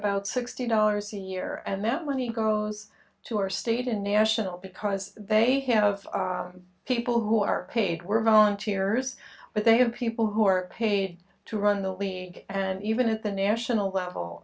about sixty dollars a year and that money goes to our state and national because they have people who are paid were volunteers but they have people who are paid to run the and even at the national level